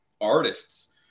artists